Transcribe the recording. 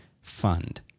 fund